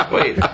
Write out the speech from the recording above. Wait